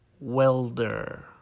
welder